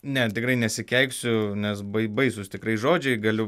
ne tikrai nesikeiksiu nes bai baisūs tikrai žodžiai galiu